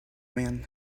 man